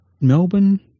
Melbourne